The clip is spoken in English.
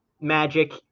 magic